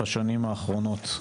בשנים האחרונות.